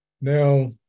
Now